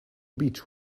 beech